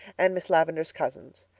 and miss lavendar's cousins.